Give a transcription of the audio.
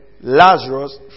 Lazarus